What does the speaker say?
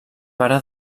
pare